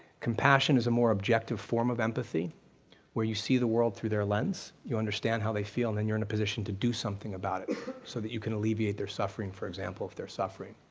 compassion is a more objective form of empathy where you see the world through their lens, you understand how they feel and then you're in a position to do something about it so that you can alleviate their suffering, for example, if they're suffering.